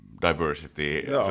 diversity